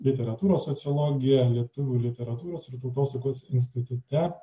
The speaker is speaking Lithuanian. literatūros sociologiją lietuvių literatūros ir tautosakos institute